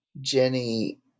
Jenny